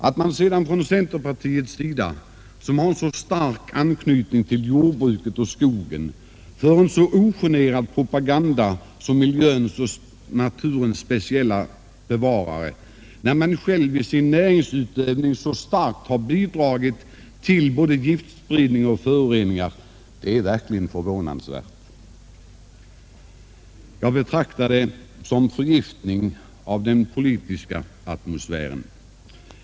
Att man sedan på centerpartihåll, där man har en så stark anknytning till jordbruket och skogen, för en så ogenerad propaganda för sig själv som miljöns och naturens speciella bevarare, trots att näringsutövarna inom dessa områden så starkt har bidragit till både giftspridning och föroreningar, är verkligen förvånansvärt. Jag betraktar det som en förgiftning av den politiska atmosfären.